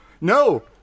No